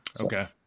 Okay